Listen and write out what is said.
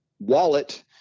wallet